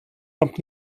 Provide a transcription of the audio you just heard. kommt